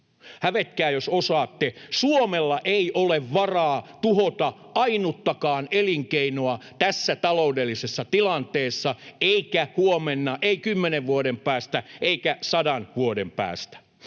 Hävetkää, jos osaatte. Suomella ei ole varaa tuhota ainuttakaan elinkeinoa tässä taloudellisessa tilanteessa, eikä huomenna, ei kymmenen vuoden päästä eikä sadan vuoden päästä.